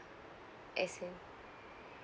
I see